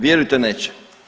Vjerujte neće.